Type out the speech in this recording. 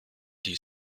die